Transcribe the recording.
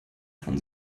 von